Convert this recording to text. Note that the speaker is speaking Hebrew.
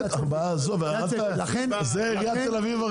עזוב, זה עיריית תל אביב.